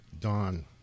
dawn